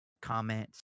comments